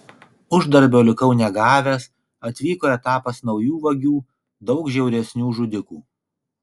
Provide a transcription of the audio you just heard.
uždarbio likau negavęs atvyko etapas naujų vagių daug žiauresnių žudikų